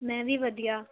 ਮੈਂ ਵੀ ਵਧੀਆ